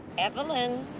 evelyn,